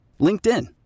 LinkedIn